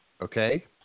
okay